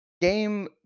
game